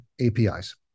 APIs